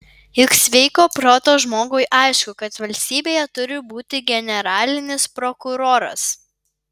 juk sveiko proto žmogui aišku kad valstybėje turi būti generalinis prokuroras